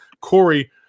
Corey